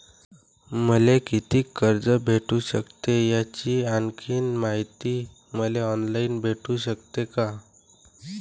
मले कितीक कर्ज भेटू सकते, याची आणखीन मायती मले ऑनलाईन भेटू सकते का?